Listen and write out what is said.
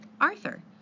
Arthur